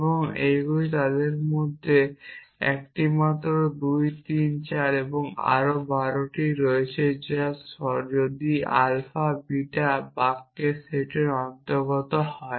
এবং এগুলি তাদের মধ্যে একটি মাত্র 2 3 4 এবং আরও 12টি রয়েছে যা যদি আলফা বিটা বাক্যের সেটের অন্তর্গত হয়